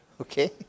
okay